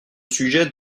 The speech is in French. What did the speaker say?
sujet